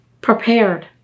prepared